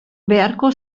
beharko